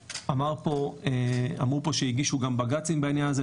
אמרו פה שהגישו גם בג"צים בעניין הזה,